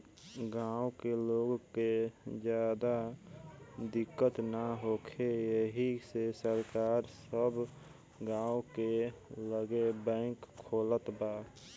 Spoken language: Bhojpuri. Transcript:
गाँव के लोग के ज्यादा दिक्कत ना होखे एही से सरकार सब गाँव के लगे बैंक खोलत बा